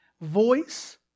voice